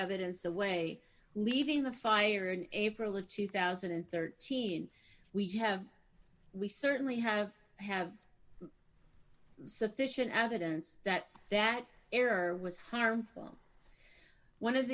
evidence away leaving the fire in april of two thousand and thirteen we have we certainly have have sufficient evidence that that error was harmful one of